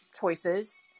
choices